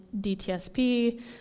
DTSP